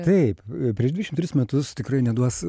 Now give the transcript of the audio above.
taip prieš dvidešim tris metus tikrai neduos